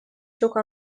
çok